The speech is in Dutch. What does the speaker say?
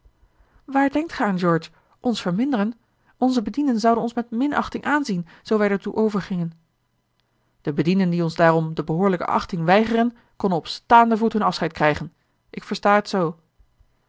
waar denkt gij aan george ons verminderen onze bedienden zouden ons met minachting aanzien zoo wij daartoe overgingen de bedienden die ons daarom de behoorlijke achting weigeren kon op staanden voet hun afscheid krijgen ik versta het zoo